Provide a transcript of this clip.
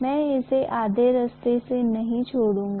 मैं इसे आधे रास्ते से नहीं छोड़ सकता